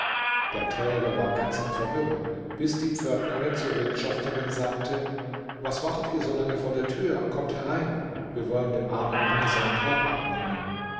der träger war ganz in verwirrung bis die pförtnerin zur wirtschafterin sagte was wartet ihr so lange vor der tür kommt herein wir wollen dem armen manne seinen korb abnehmen